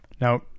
Now